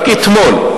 רק אתמול,